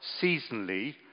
seasonally